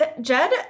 Jed